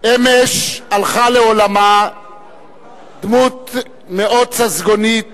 אמש הלכה לעולמה דמות מאוד ססגונית